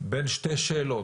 בין שתי שאלות.